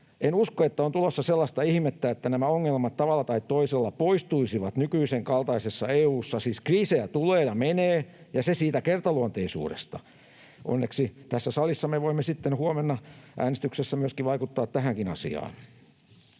en usko, että on tulossa sellaista ihmettä, että nämä ongelmat tavalla tai toisella poistuisivat nykyisen kaltaisessa EU:ssa. Siis kriisejä tulee ja menee, ja se siitä kertaluonteisuudesta. Onneksi tässä salissa me voimme sitten huomenna äänestyksessä myöskin vaikuttaa tähänkin asiaan.